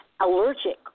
allergic